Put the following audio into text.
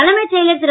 தலைமைச் செயலர் திரு